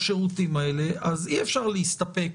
לשירותים האלה, אז אי-אפשר להסתפק